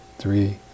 three